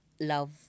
love